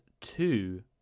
two